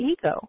ego